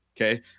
Okay